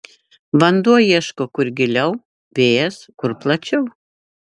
vanduo ieško kur giliau vėjas kur plačiau